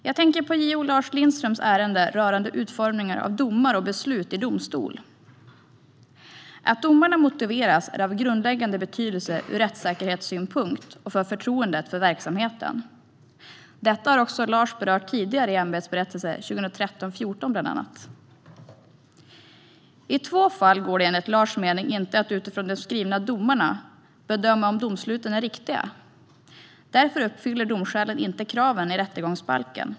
Jag tänker på JO Lars Lindströms ärende rörande utformningen av domar och beslut i domstol. Att domarna motiveras är av grundläggande betydelse ur rättssäkerhetssynpunkt och för förtroendet för verksamheten. Detta har också Lars berört tidigare i bland annat ämbetsberättelse 2013/14. I två fall går det enligt Lars mening inte att utifrån de skrivna domarna bedöma om domsluten är riktiga. Därför uppfyller domskälen inte kraven i rättegångsbalken.